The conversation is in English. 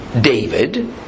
David